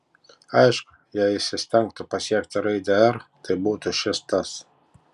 aišku jei jis įstengtų pasiekti raidę r tai būtų šis tas